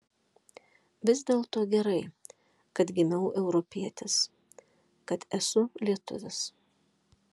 vis dėlto gerai kad gimiau europietis kad esu lietuvis